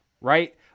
right